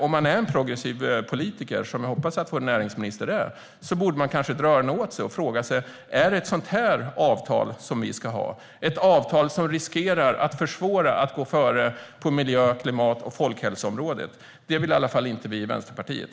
Om man är en progressiv politiker, vilket jag hoppas att vår näringsminister är, tycker jag att man kanske borde dra öronen åt sig och fråga sig om vi verkligen ska ha ett avtal som riskerar att försvåra för oss att gå före på miljö-, klimat och folkhälsoområdet. Det vill i alla fall inte vi i Vänsterpartiet.